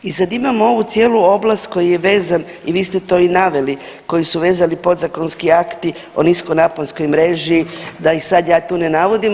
I sad imamo ovu cijelu oblast koji je vezan i Vi ste to i naveli koji su vezali podzakonski akti o nisko naponskoj mreži da ih sad ja tu ne navodim.